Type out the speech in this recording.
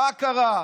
מה קרה?